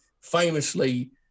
famously